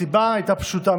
הסיבה הייתה פשוטה,